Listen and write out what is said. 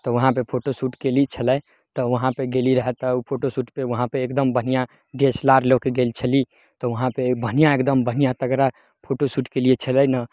तऽ वहाँपर photo shoot कयली छलय तऽ वहाँपर गेली रहय तऽ फोटो सूटपर वहाँपर एकदम बढ़िआँ डी एस एल आर लअके गेल छली तऽ वहाँपर बढ़िआँ एकदम बढ़िआँ तगड़ा फोटो सूट कयलियै छलै नऽ